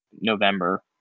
November